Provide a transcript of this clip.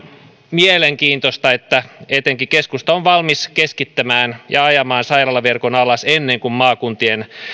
mielenkiintoista että etenkin keskusta on valmis keskittämään ja ajamaan sairaalaverkon alas ennen kuin maakuntien